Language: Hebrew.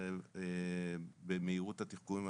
במהירות התחקורים,